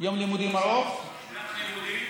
שנת לימודים